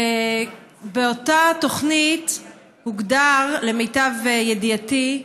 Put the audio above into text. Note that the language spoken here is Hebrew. באותה תוכנית הוגדר, למיטב ידיעתי,